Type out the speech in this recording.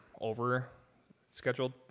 over-scheduled